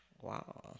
Wow